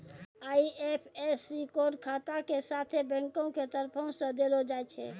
IFSC code खाता के साथे बैंको के तरफो से देलो जाय छै